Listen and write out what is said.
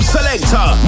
Selector